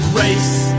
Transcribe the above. race